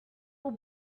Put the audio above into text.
will